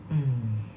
mm